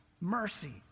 mercy